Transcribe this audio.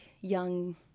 young